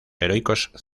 heroicos